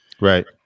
Right